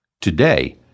Today